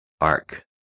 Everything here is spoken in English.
arc